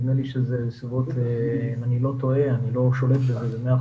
אם איני טועה אני לא שולט בזה במאה